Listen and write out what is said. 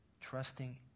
trusting